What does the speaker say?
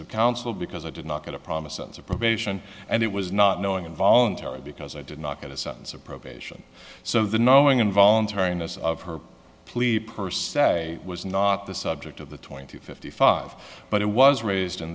of counsel because i did not get a promise of probation and it was not knowing involuntary because i did not get a sense of probation so the knowing and voluntariness of her plea per se was not the subject of the twenty fifty five but i was raised in